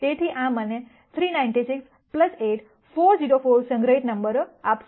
તેથી આ મને 396 8 404 સંગ્રહિત નંબરો આપશે